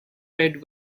red